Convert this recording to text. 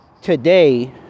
today